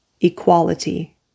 equality